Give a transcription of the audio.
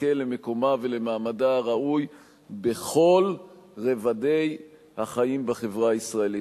תזכה למקומה ולמעמדה הראוי בכל רובדי החיים בחברה הישראלית.